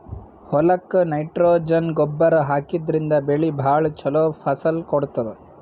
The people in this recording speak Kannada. ಹೊಲಕ್ಕ್ ನೈಟ್ರೊಜನ್ ಗೊಬ್ಬರ್ ಹಾಕಿದ್ರಿನ್ದ ಬೆಳಿ ಭಾಳ್ ಛಲೋ ಫಸಲ್ ಕೊಡ್ತದ್